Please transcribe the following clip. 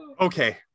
okay